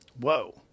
Whoa